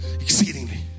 Exceedingly